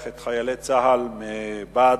בעד,